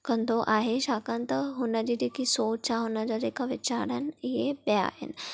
कंदो आहे छाकाण त हुन जी जेका सोच आहे हुन जा जेके वीचार आहिनि इहे ॿिया आहिनि